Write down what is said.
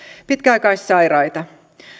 pitkäaikaissairaita